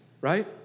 Right